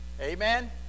Amen